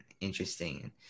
interesting